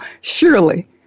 surely